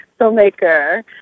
filmmaker